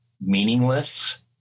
meaningless